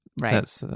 Right